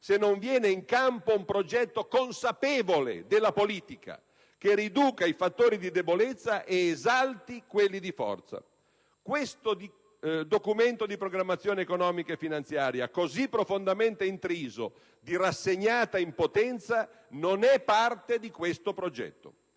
se non viene in campo un progetto consapevole della politica che riduca i fattori di debolezza ed esalti quelli di forza. Questo Documento di programmazione economico-finanziaria - così profondamente intriso di rassegnata impotenza - non è parte di tale progetto.